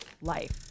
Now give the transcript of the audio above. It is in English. life